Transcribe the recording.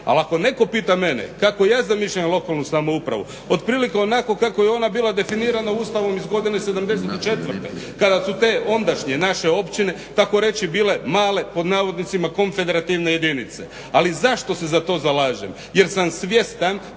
Ali ako netko pita mene kako ja zamišljam lokalnu samoupravu otprilike onako kako je ona bila definirana ustavom iz godine '74. kada su te ondašnje naše općine takoreći bile male pod navodnicima konfederativne jedinice. Ali zašto se za to zalažem? Jer sam svjestan